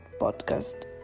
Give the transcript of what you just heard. podcast